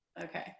Okay